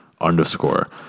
underscore